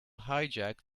hijack